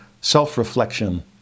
self-reflection